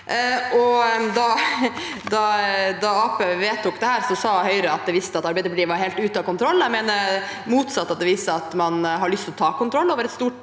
vedtok dette, sa Høyre at det viste at Arbeiderpartiet var helt ute av kontroll. Jeg mener det motsatte. Det viser at man har lyst til å ta kontroll over et stort